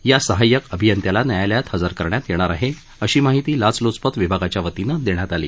या सहाय्य्क अभियंत्याला न्यायायलात हजर करण्यात येणार आहे अशी माहिती लाच लुचपत विभागाच्या वतीनं देण्यात आली